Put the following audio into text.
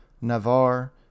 Navarre